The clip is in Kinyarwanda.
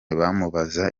bamubaza